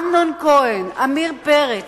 אמנון כהן, עמיר פרץ,